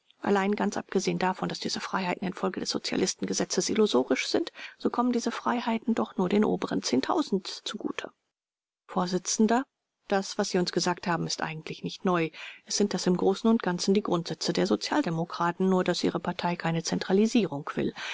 allein ganz abgesehen davon daß diese freiheiten infolge des sozialistengesetzes illusorisch sind so kommen diese freiheiten doch nur den oberen zehntausend send zugute vors das was sie uns gesagt haben ist eigentlich nicht neu es sind das im großen und ganzen die grundsätze der sozialdemokraten nur daß ihre partei keine zentralisierung will